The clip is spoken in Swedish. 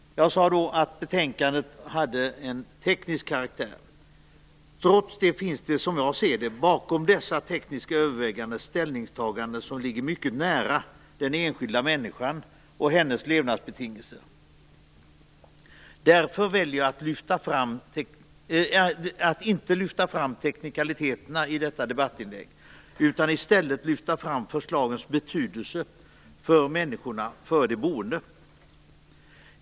Jag sade att betänkandet har teknisk karaktär. Trots det finns det, som jag ser det, bakom dessa tekniska överväganden ställningstaganden som ligger mycket nära den enskilda människan och hennes levnadsbetingelser. Därför väljer jag att inte lyfta fram teknikaliteterna i detta debattinlägg utan i stället lyfta fram förslagens betydelse för människorna, för de boende.